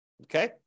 Okay